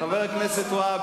חבר הכנסת והבה,